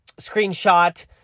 screenshot